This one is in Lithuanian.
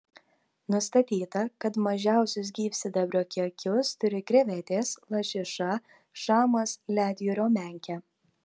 nustatyta kad mažiausius gyvsidabrio kiekius turi krevetės lašiša šamas ledjūrio menkė